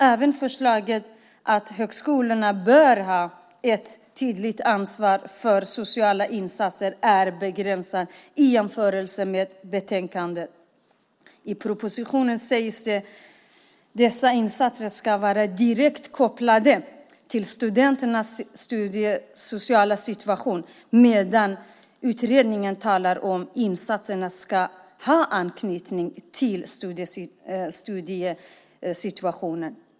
Även förslaget att högskolorna bör ha ett tydligt ansvar för sociala insatser är begränsat i jämförelse med betänkandet. I propositionen sägs det att dessa insatser ska vara direkt kopplade till studenternas studiesituation medan utredningen talar om att insatserna ska ha anknytning till studiesituationen.